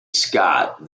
scott